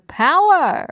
power